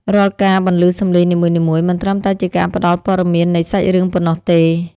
រាល់ការបន្លឺសំឡេងនីមួយៗ មិនត្រឹមតែជាការផ្ដល់ពត៌មាននៃសាច់រឿងប៉ុណ្ណោះទេ។